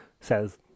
says